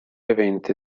eventi